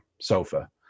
sofa